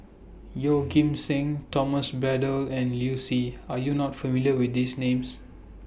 Yeoh Ghim Seng Thomas Braddell and Liu Si Are YOU not familiar with These Names